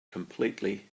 completely